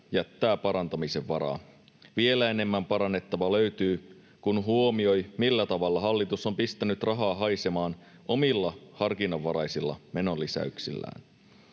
jättää parantamisen varaa. Vielä enemmän parannettavaa löytyy, kun huomioi, millä tavalla hallitus on pistänyt rahaa haisemaan omilla harkinnanvaraisilla menolisäyksillään.